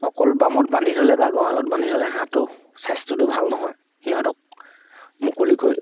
অকল বামত বান্ধি থ'লে বা গাঁৱলত বান্ধি থ'লে হাঁহটো স্বাস্থ্যটো ভাল নহয় সিহঁতক মুকলিকৈ